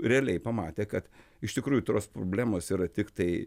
realiai pamatė kad iš tikrųjų tros problemos yra tiktai